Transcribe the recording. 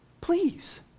Please